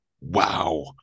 Wow